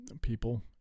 people